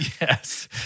Yes